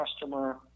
customer